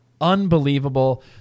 unbelievable